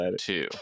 two